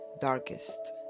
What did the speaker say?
darkest